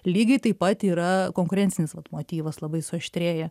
lygiai taip pat yra konkurencinis vat motyvas labai suaštrėja